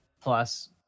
plus